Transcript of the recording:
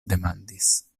demandis